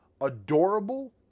adorable